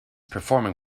performing